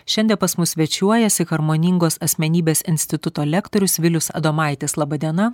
šiandie pas mus svečiuojasi harmoningos asmenybės instituto lektorius vilius adomaitis laba diena